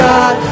God